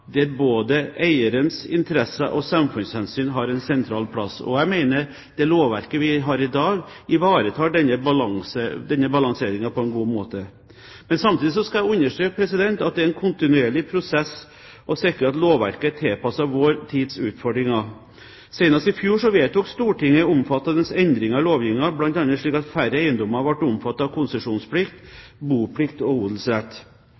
både eierens interesser og samfunnshensyn har en sentral plass. Og jeg mener det lovverket vi har i dag, ivaretar denne balansegangen på en god måte. Samtidig vil jeg understreke at det er en kontinuerlig prosess å sikre at lovverket er tilpasset vår tids utfordringer. Senest i fjor vedtok Stortinget omfattende endringer i lovgivningen – bl.a. slik at færre eiendommer ble omfattet av konsesjonsplikt, boplikt og odelsrett.